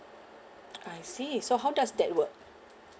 I see so how does that work